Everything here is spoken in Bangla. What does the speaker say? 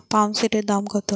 পাম্পসেটের দাম কত?